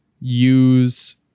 use